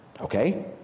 Okay